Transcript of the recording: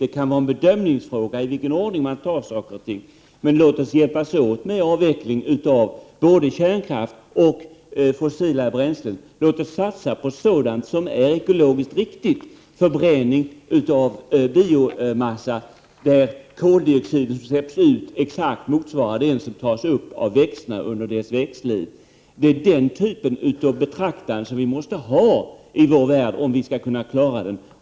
Det kan vara en bedömningsfråga i vilken ordning man tar saker och ting. Men låt oss hjälpas åt med avvecklingen av både kärnkraft och fossila bränslen. Låt oss satsa på sådant som är ekologiskt riktigt, förbränning av biomassa där den koldioxid som släpps ut exakt motsvarar den som tas upp av växterna under deras liv. Det är den typen av betraktande som vi måste ha i vår värld om vi skall kunna klara den.